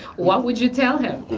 what would you tell him?